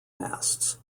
masts